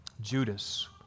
Judas